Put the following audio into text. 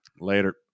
Later